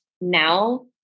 now